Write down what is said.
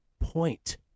point